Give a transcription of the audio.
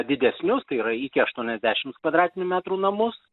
didesnius tai yra iki aštuoniasdešimts kvadratinių metrų namus